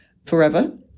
Forever